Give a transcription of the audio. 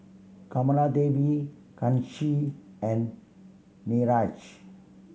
Kamaladevi Kanshi and Niraj